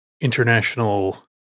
international